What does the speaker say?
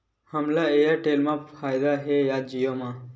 हमला एयरटेल मा फ़ायदा हे या जिओ मा?